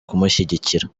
kumushyigikira